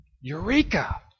Eureka